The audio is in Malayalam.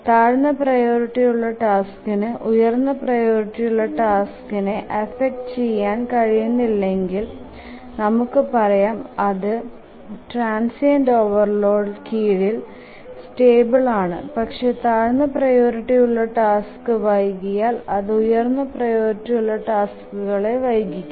താഴ്ന്ന പ്രിയോറിറ്റി ഉള്ള ടാസ്കിനു ഉയർന്ന പ്രിയോറിറ്റി ഉള്ള ടാസ്കിനെ അഫക്ട് ചെയാൻ കഴിയുന്നിലെക്കിക് നമുക്ക് പറയാം അതു ട്രാന്സിറ്ന്റ് ഓവർലോഡ്ഇന് കീഴിൽ സ്റ്റേബിൾ ആണ് പക്ഷെ താഴ്ന്ന പ്രിയോറിറ്റി ഉള്ള ടാസ്കുകൾ വൈകിയാൽ അതു ഉയർന്ന പ്രിയോറിറ്റി ഉള്ള ടാസ്കുകളെയും വൈകിക്കും